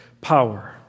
power